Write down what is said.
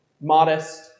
Modest